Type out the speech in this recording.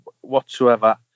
whatsoever